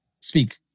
Speak